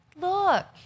look